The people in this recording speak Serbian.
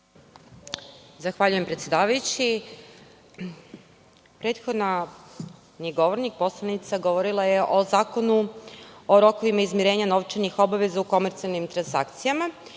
Zahvaljujem predsedavajući. Prethodni govornik govorio je o Zakonu o rokovima izmirenja novčanih obaveza u komercijalnim transakcijama.